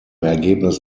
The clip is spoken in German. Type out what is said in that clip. ergebnis